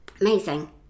Amazing